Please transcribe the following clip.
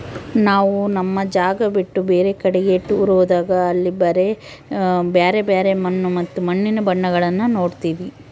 ನಾವು ನಮ್ಮ ಜಾಗ ಬಿಟ್ಟು ಬೇರೆ ಕಡಿಗೆ ಟೂರ್ ಹೋದಾಗ ಅಲ್ಲಿ ಬ್ಯರೆ ಬ್ಯರೆ ಮಣ್ಣು ಮತ್ತೆ ಮಣ್ಣಿನ ಬಣ್ಣಗಳನ್ನ ನೋಡ್ತವಿ